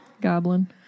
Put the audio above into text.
goblin